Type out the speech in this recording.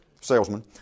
salesman